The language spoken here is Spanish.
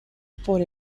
por